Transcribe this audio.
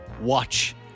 watch